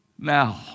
now